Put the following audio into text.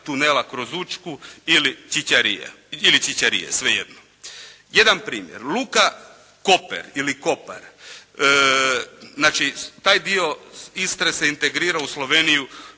tunela kroz Učku ili Ćićarije, svejedno. Jedan primjer. Luka Koper ili Kopar, znači taj dio Istre se integrira u Sloveniju